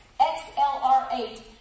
XLR8